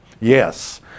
Yes